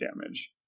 damage